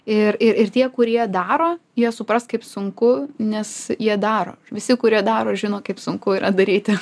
ir ir ir tie kurie daro jie supras kaip sunku nes jie daro visi kurie daro žino kaip sunku yra daryti